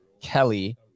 Kelly